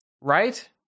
Right